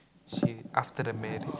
she after the marriage